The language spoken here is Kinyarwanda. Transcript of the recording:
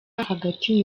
hagati